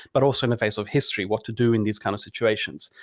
but also in the face of history, what to do in these kind of situations.